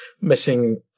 missing